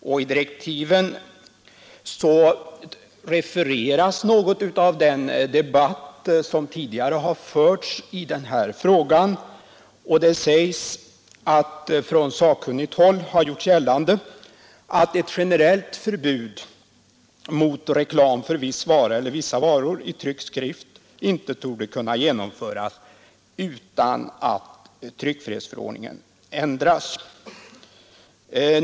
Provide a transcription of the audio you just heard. I direktiven refereras något av den debatt som tidigare har förts i den här frågan, och det sägs att från sakkunnigt håll har gjorts gällande att ett generellt förbud mot reklam för viss vara eller vissa varor i tryckt skrift inte torde kunna genomföras utan att tryckfrihetsförordningen ändras.